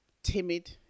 timid